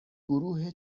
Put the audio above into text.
گروه